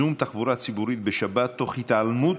בנושא: ייזום תחבורה ציבורית בשבת תוך התעלמות